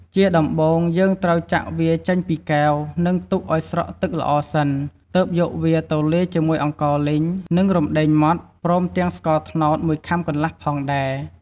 ជាដំបូង យើងត្រូវចាក់វាចេញពីកែវ និង ទុកឱស្រក់ទឹកល្អសិន ទើបយកវាទៅលាយជាមួយអង្ករលីង និង រំដេងម៉ដ្ឋ ព្រមទាំងស្ករត្នោត ១ខាំកន្លះផងដែរ។